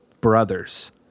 Brothers